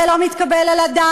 זה לא מתקבל על הדעת.